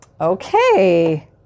Okay